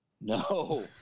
No